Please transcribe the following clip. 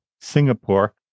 Singapore